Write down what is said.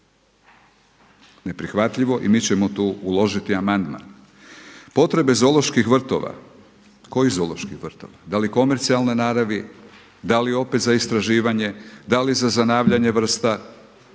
Neprihvatljivo i mi ćemo tu uložiti amandman. Potrebe zooloških vrtova. Kojih zooloških vrtova? Da li komercijalne naravi? Da li opet za istraživanje, da li za zanavljanje vrsta